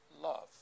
love